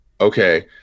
Okay